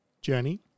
Journey